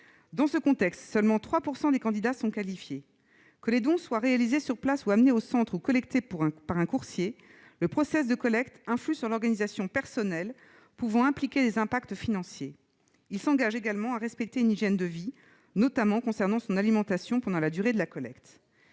Dans ce contexte, seuls 3 % des candidats sont qualifiés. Que les dons soient réalisés sur place, amenés au centre ou collectés par un coursier, le process de collecte influe sur l'organisation personnelle, pouvant impliquer des impacts financiers. Le donneur s'engage également à respecter une hygiène de vie, notamment concernant son alimentation, pendant la durée de la collecte.